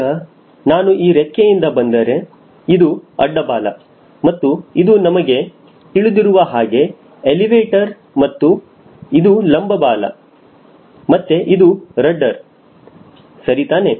ಈಗ ನಾನು ಈ ರೆಕ್ಕೆಯಿಂದ ಬಂದರೆ ಇದು ಅಡ್ಡ ಬಾಲ ಮತ್ತು ಇದು ನಿಮಗೆ ತಿಳಿದಿರುವ ಹಾಗೆ ಎಲಿವೇಟರ್ ಮತ್ತೆ ಇದು ಲಂಬ ಬಾಲ ಮತ್ತೆ ಇದು ರಡ್ಡರ ಸರಿ ತಾನೇ